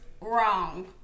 wrong